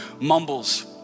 mumbles